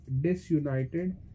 disunited